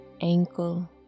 ankle